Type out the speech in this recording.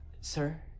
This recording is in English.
Sir